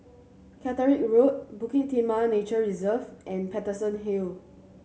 Caterick Road Bukit Timah Nature Reserve and Paterson Hill